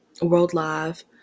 worldlive